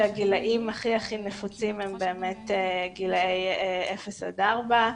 שהגילאים הכי הכי נפוצים הם באמת גילאי אפס עד ארבע.